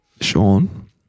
Sean